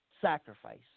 sacrifice